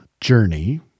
journey